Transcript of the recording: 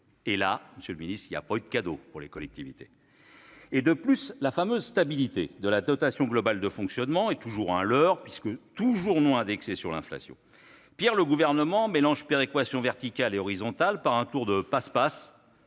le dis, monsieur le ministre : il n'y a pas eu de cadeau pour les collectivités. De plus, la fameuse stabilité de la dotation globale de fonctionnement (DGF) est toujours un leurre, puisque ce dispositif n'est toujours pas indexé sur l'inflation. Pis encore, le Gouvernement mélange péréquation verticale et horizontale, par un tour de passe-passe